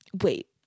wait